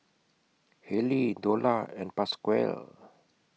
Haley Dola and Pasquale